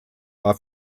war